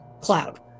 Cloud